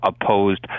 opposed